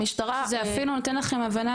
המשטרה --- שזה אפילו נותן לכם הבנה,